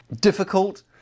Difficult